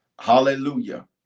Hallelujah